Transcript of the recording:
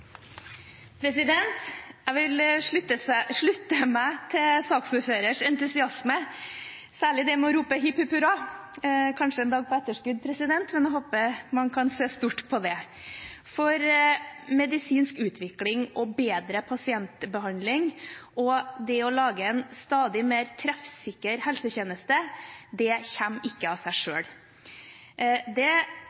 Jeg vil slutte meg til saksordførerens entusiasme, særlig det med å rope hipp, hipp hurra – kanskje en dag på etterskudd, men jeg håper man kan se stort på det, for medisinsk utvikling, bedre pasientbehandling og det å lage en stadig mer treffsikker helsetjeneste kommer ikke av seg